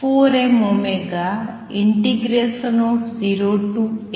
જે 4mω0A√dx છે